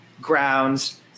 grounds